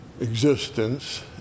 existence